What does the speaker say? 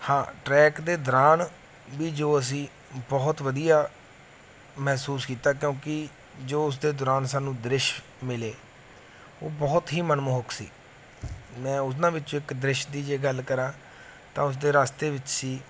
ਹਾਂ ਟਰੈਕ ਦੇ ਦੌਰਾਨ ਵੀ ਜੋ ਅਸੀਂ ਬਹੁਤ ਵਧੀਆ ਮਹਿਸੂਸ ਕੀਤਾ ਕਿਉਂਕਿ ਜੋ ਉਸ ਦੇ ਦੌਰਾਨ ਸਾਨੂੰ ਦ੍ਰਿਸ਼ ਮਿਲੇ ਉਹ ਬਹੁਤ ਹੀ ਮਨਮੋਹਕ ਸੀ ਮੈਂ ਉਹਨਾਂ ਵਿੱਚੋਂ ਇੱਕ ਦ੍ਰਿਸ਼ ਦੀ ਜੇ ਗੱਲ ਕਰਾਂ ਤਾਂ ਉਸ ਦੇ ਰਸਤੇ ਵਿੱਚ ਸੀ